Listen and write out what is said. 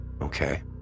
Okay